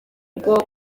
uko